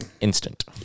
instant